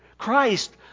Christ